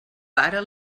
para